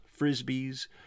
frisbees